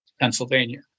Pennsylvania